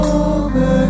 over